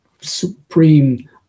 supreme